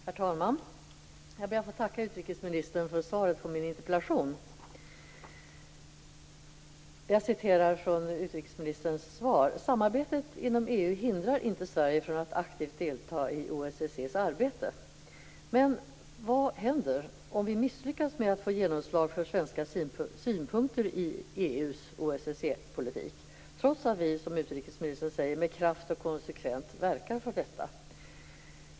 Herr talman! Jag ber att få tacka utrikesministern för svaret på min interpellation. Jag citerar från utrikesministerns svar: "Samarbetet inom EU hindrar givetvis inte Sverige från att aktivt delta i OSSE:s arbete." Men vad händer om vi misslyckas med att få genomslag för svenska synpunkter på EU:s OSSE politik - trots att vi som utrikesministern säger med kraft och konsekvens verkar för detta?